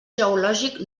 geològic